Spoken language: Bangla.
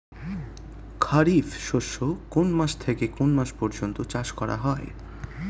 খারিফ শস্য কোন মাস থেকে কোন মাস পর্যন্ত চাষ করা হয়?